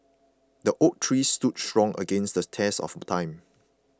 the oak tree stood strong against the test of time